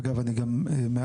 אגב, אני גם מעדכן